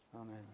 Amen